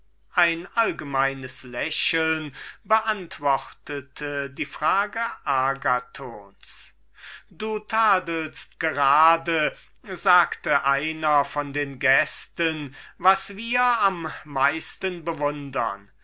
ein allgemeines lächeln beantwortete die frage agathons du tadelst gerade versetzte zuletzt einer von den gästen was wir am meisten